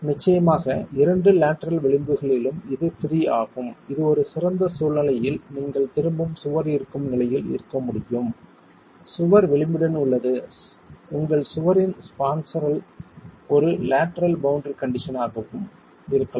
நிச்சயமாக இரண்டு லேட்டரல் விளிம்புகளிலும் இது ப்ரீ ஆகும் இது ஒரு சிறந்த சூழ்நிலையில் நீங்கள் திரும்பும் சுவர் இருக்கும் நிலையில் இருக்க முடியும் சுவர் விளிம்புடன் உள்ளது உங்கள் சுவரின் ஸ்பான்ரல் ஒரு லேட்டரல் பௌண்டரி கண்டிஷன் ஆகவும் இருக்கலாம்